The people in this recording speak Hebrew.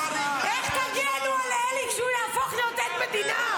מירב --- למה --- איך תגנו על אלי כשהוא יהפוך להיות עד מדינה?